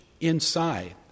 inside